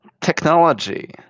Technology